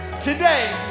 Today